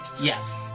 Yes